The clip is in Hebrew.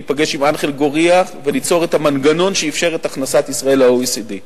להיפגש עם אנחל גורייה וליצור את המנגנון שאפשר את הכנסת ישראל ל-OECD,